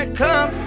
come